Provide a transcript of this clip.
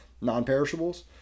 non-perishables